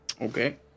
Okay